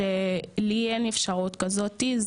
שלי אין אפשרות כזאתי,